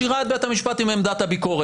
משאירה את בית המשפט עם עמדת הביקורת.